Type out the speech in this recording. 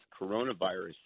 coronavirus